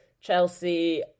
Chelsea